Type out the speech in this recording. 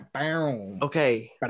okay